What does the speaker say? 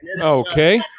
Okay